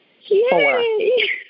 Yay